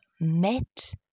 met